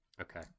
Okay